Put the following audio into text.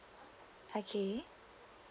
okay